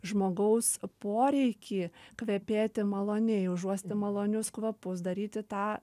žmogaus poreikį kvepėti maloniai užuosti malonius kvapus daryti tą